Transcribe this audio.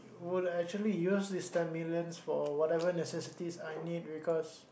would actually use this ten millions for whatever necessities I need because